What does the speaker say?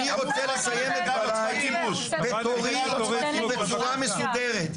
אני רוצה לסיים את דבריי בתורי בצורה מסודרת.